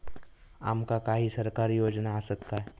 आमका काही सरकारी योजना आसत काय?